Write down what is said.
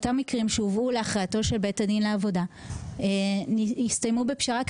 אותם מקרים שהובאו להכרעתו של בית הדין לעבודה נסתיימו בפשרה.